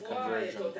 conversion